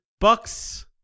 Bucks